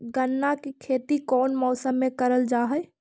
गन्ना के खेती कोउन मौसम मे करल जा हई?